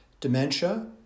dementia